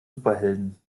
superhelden